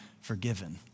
forgiven